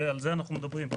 על זה אנחנו מדברים.